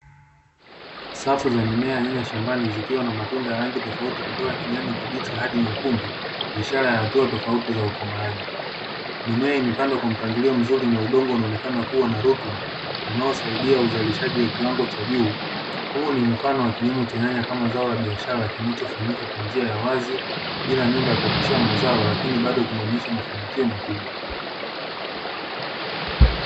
Safu za mimea ya nyanya shambani zikiwa na matunda ya rangi tofauti kutoka kijani kibichi hadi nyekundu ishara ya hatua tofauti za ukomaaji, mimea imepangwa kwa mpangilio mzuri na udongo unaonekana kuwa wenye rutuba unaosaidia uzalishaji wa kiwango cha juu, huu ni mfano wa kilimo cha nyanya kama zao la biashara kinachofanyika kwa njia ya wazi bila nyumba ya kuoteshea mazao lakini bado kinonyesha mafanikio makubwa.